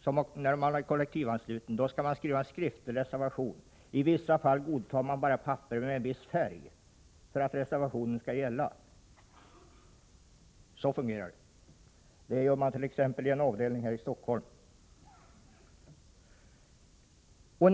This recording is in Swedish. skall man avge en skriftlig reservation. Det förekommer, t.ex. i en avdelning här i Stockholm, att man godtar reservationen endast om den skrivits på ett papper med en viss färg. Så fungerar det.